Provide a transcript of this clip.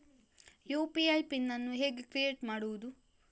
UPI PIN ಅನ್ನು ಹೇಗೆ create ಮಾಡುದು?